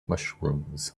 mushrooms